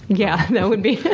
yeah that would be.